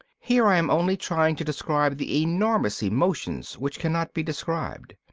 here i am only trying to describe the enormous emotions which cannot be described.